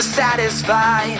satisfy